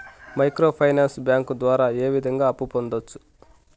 micro finance bank ద్వారా ఏ విధంగా అప్పు పొందొచ్చు